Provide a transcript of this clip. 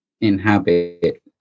inhabit